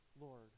Lord